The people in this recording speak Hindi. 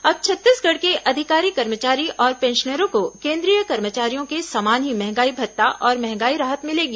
अब छत्तीसगढ़ के अधिकारी कर्मचारी और पेंशनरों को केंद्रीय कर्मचारियों के समान ही महंगाई भत्ता और महंगाई राहत मिलेगी